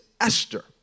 Esther